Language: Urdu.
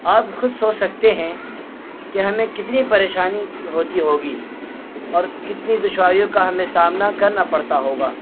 آپ خود سوچ سکتے ہیں کہ ہمیں کتنی پریشانی ہوتی ہوگی اور کتنی دشواریوں کا ہمیں سامنا کرنا پڑتا ہوگا